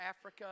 Africa